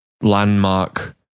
landmark